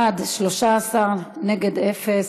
בעד, 13, נגד, אפס,